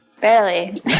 Barely